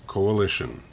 Coalition